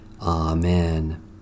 Amen